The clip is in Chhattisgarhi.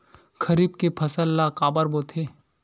खरीफ के फसल ला काबर बोथे?